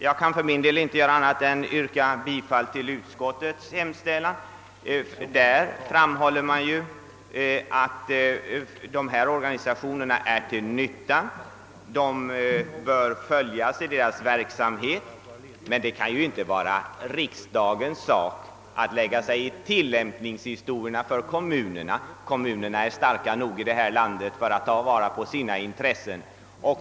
Jag kan för min del inte göra annat än yrka bifall till utskottets hemställan. Däri framhålls att dessa organisationer är till nytta. Deras verksamhet bör följas, men det är inte riksdagens sak att lägga sig i kommunernas tillämpning av anvisningarna. Kommunerna i detta land är starka nog för att ta till vara sina egna intressen.